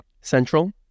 Central